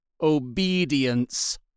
obedience